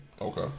Okay